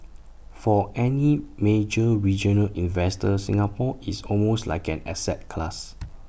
for any major regional investor Singapore is almost like an asset class